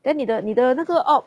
then 你的你的那个 op